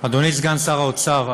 אדוני סגן שר האוצר,